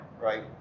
right